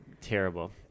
Terrible